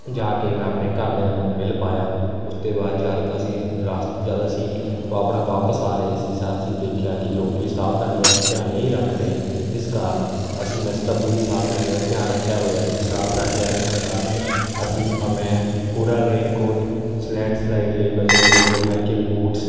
ਜਾ ਕੇ ਮੈਂ ਆਪਣੇ ਘਰਦਿਆਂ ਨੂੰ ਮਿਲ ਪਾਇਆ ਉਸ ਤੋਂ ਬਾਅਦ ਜਦੋਂ ਅਸੀਂ ਰਾਸ ਜਦੋਂ ਅਸੀਂ ਆਪਣਾ ਵਾਪਸ ਆ ਰਹੇ ਸੀ ਸਾ ਅਸੀਂ ਦੇਖਿਆ ਕਿ ਲੋਕ ਸਾਵਧਾਨੀਆਂ ਦਾ ਧਿਆਨ ਨਹੀਂ ਰੱਖ ਰਹੇ ਜਿਸ ਕਾਰਨ ਅਸੀਂ ਵੈਸੇ ਤਾਂ ਪੂਰੀ ਸਾਵਧਾਨੀਆਂ ਦਾ ਧਿਆਨ ਰੱਖਿਆ ਹੋਇਆ ਸੀ ਸਾਵਧਾਨੀਆਂ ਰੱਖਣ ਕਾਰਨ ਅਸੀਂ ਮੈਂ ਪੂਰਾ ਰੇਨ ਕੋਟ ਲੈਂਡਸਲਾਈਡ ਲਈ ਬਚਣ ਲਈ ਹਾਈਕਿੰਗ ਬੂਟਸ